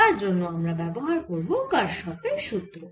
তার জন্য আমরা ব্যবহার করব কারশফের সুত্র Kirchhoff's law